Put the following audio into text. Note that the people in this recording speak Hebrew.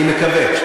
אני מקווה.